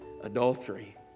adultery